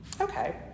Okay